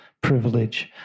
privilege